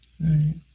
Right